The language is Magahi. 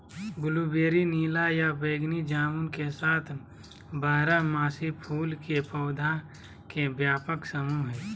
ब्लूबेरी नीला या बैगनी जामुन के साथ बारहमासी फूल के पौधा के व्यापक समूह हई